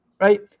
right